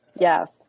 Yes